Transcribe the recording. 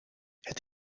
het